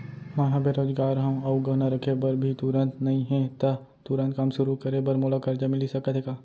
मैं ह बेरोजगार हव अऊ गहना रखे बर भी तुरंत नई हे ता तुरंत काम शुरू करे बर मोला करजा मिलिस सकत हे का?